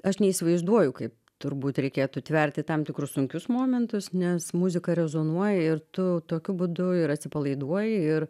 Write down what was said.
aš neįsivaizduoju kaip turbūt reikėtų tverti tam tikrus sunkius momentus nes muzika rezonuoja ir tu tokiu būdu ir atsipalaiduoji ir